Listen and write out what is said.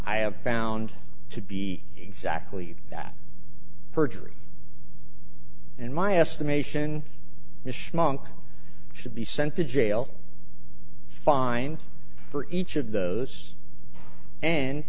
i have found to be exactly that perjury in my estimation the schmuck should be sent to jail fined for each of those and